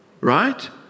right